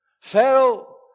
Pharaoh